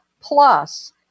plus